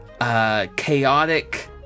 chaotic